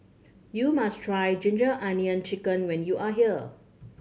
you must try ginger onion chicken when you are here